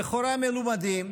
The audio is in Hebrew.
לכאורה מלומדים,